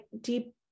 deep